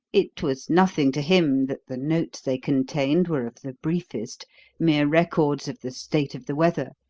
it was nothing to him that the notes they contained were of the briefest mere records of the state of the weather,